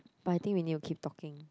but I think we need to keep talking